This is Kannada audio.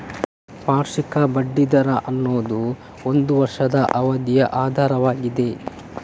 ವಾರ್ಷಿಕ ಬಡ್ಡಿ ದರ ಅನ್ನುದು ಒಂದು ವರ್ಷದ ಅವಧಿಯ ದರವಾಗಿದೆ